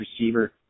receiver